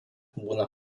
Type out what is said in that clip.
būna